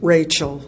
Rachel